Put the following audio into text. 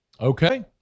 Okay